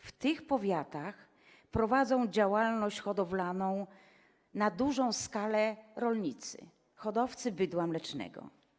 W tych powiatach prowadzą działalność hodowlaną na dużą skalę rolnicy hodowcy bydła mlecznego.